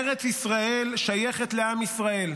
ארץ ישראל שייכת לעם ישראל,